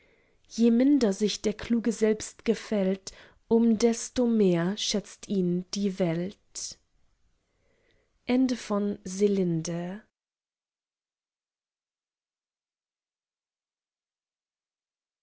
je minder sich der kluge selbst gefällt um desto mehr schätzt ihn die welt